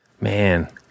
Man